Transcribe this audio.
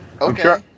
okay